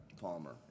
Palmer